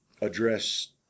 address